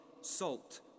salt